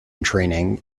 training